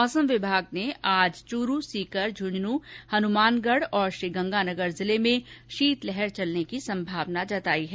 मौसम विभाग ने आज चूरू सीकर झुंझुनूं हनुमानगढ़ और श्रीगंगानगर जिले में शीतलहर चलने की संभावना जताई है